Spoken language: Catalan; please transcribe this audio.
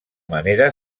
manera